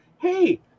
hey